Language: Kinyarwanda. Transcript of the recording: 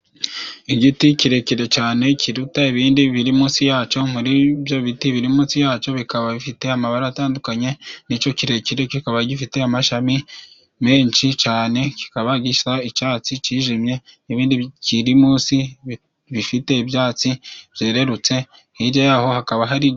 Igiti kirekire cane kiruta ibindi biri munsi yacyo，muri ibyo biti biri munsi yacyo bikaba bifite amabara atandukanye，n'icyo kirekire kikaba gifite amashami menshi cane， kikaba gisa icyatsi cyijimye， ibindi bikiri munsi bifite ibyatsi byererutse，hirya yaho hakaba......